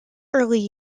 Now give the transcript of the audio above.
early